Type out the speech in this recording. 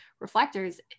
reflectors